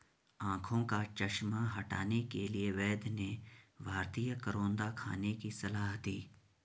आंखों का चश्मा हटाने के लिए वैद्य ने भारतीय करौंदा खाने की सलाह दी